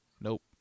nope